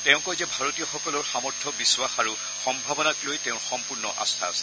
তেওঁ কয় যে ভাৰতীয়সকলৰ সামৰ্থ্য বিশ্বাস আৰু সম্ভাৱনাক লৈ তেওঁৰ সম্পৰ্ণ আম্বা আছে